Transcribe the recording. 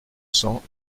cent